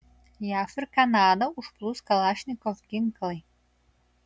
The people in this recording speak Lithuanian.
jav ir kanadą užplūs kalašnikov ginklai